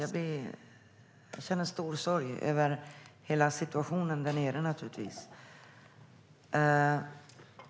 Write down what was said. Jag känner naturligtvis stor sorg över hela situationen där nere.